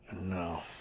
No